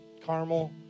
caramel